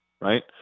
right